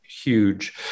huge